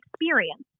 experience